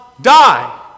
die